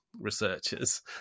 researchers